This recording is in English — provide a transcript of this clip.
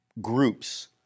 groups